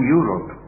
Europe